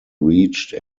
reached